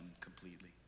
completely